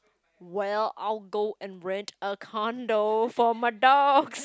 well I'll go and rent a condo for my dog